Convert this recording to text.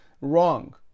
wrong